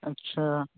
अच्छा